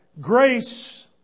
grace